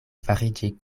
fariĝi